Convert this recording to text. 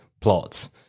plots